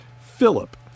Philip